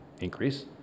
increase